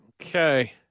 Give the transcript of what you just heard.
Okay